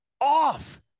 off